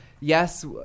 Yes